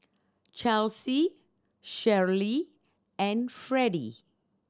Chelsie Sherryl and Fredie